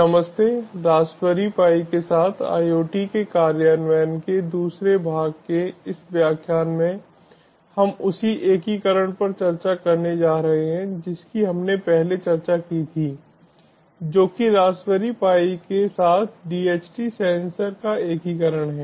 नमस्ते raspberry pi के साथ IoT के कार्यान्वयन के दूसरे भाग के इस व्याख्यान में हम उसी एकीकरण पर चर्चा करने जा रहे हैं जिसकी हमने पहले चर्चा की थी जो कि रासबेरी पाई के साथ DHT सेंसर का एकीकरण है